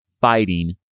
fighting